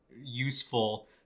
useful